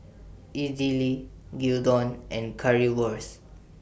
Idili Gyudon and Currywurst